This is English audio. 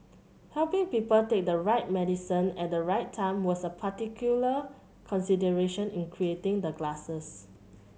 helping people take the right medicine at the right time was a particular consideration in creating the glasses